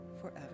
forever